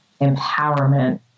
empowerment